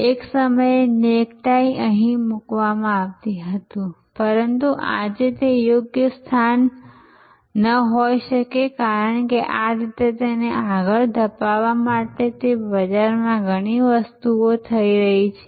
એક સમયે નેકટાઈ અહીં મૂકવામાં આવી હતી પરંતુ આજે તે યોગ્ય સ્થાન ન હોઈ શકે કારણ કે આ રીતે તેને આગળ ધપાવવા માટે તે બજારમાં ઘણી વસ્તુઓ થઈ રહી છે